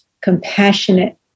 compassionate